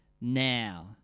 now